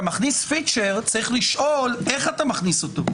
מכניס פיצ'ר צריך לשאול איך אתה מכניס אותו,